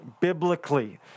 biblically